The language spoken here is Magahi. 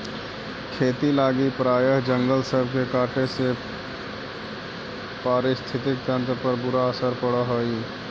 खेती लागी प्रायह जंगल सब के काटे से पारिस्थितिकी तंत्र पर बुरा असर पड़ हई